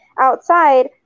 outside